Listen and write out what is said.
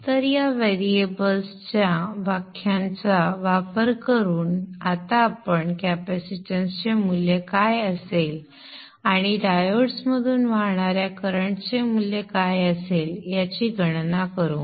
तर या व्हेरिएबल्स च्या व्याख्यांचा वापर करून आपण आता कॅपॅसिटन्सचे मूल्य काय असेल आणि डायोड्समधून वाहणाऱ्या करंटचे मूल्य काय असेल याची गणना करू